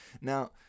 now